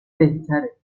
بهتره